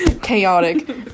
Chaotic